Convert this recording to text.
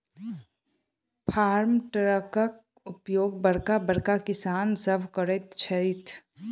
farm ट्रकक उपयोग बड़का बड़का किसान सभ करैत छथि